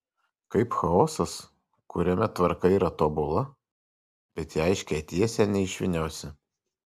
kaip chaosas kuriame tvarka yra tobula bet į aiškią tiesę neišvyniosi